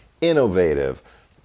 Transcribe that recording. innovative